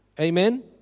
Amen